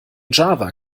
java